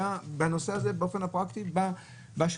צריך